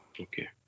Okay